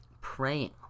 praying